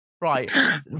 Right